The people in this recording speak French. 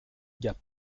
gap